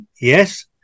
Yes